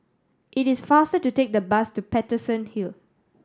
it is faster to take the bus to Paterson Hill